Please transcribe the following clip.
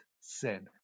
sin